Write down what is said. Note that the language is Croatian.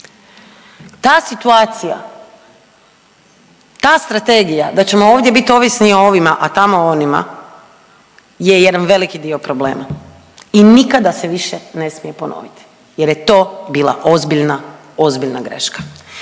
Ta situacija, ta strategija da ćemo ovdje biti ovisni o ovima a tamo o onima je jedan veliki dio problema i nikada se više ne smije ponoviti jer je to bila ozbiljna,